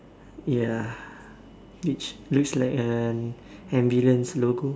ya which looks like an ambulance logo